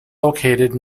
located